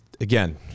again